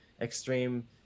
extreme